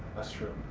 that's true.